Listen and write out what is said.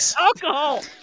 alcohol